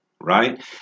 right